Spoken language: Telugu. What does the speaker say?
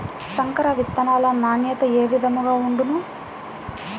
సంకర విత్తనాల నాణ్యత ఏ విధముగా ఉండును?